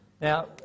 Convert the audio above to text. Now